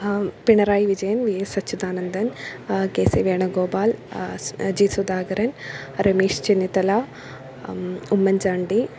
Pinarayi Vijayan V S Sachidanandan K C Venugopal G Sudhakaran Ramesh Chennithala Oommen Chandy